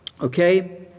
Okay